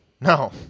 No